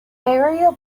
aero